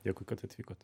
dėkui kad atvykot